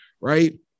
Right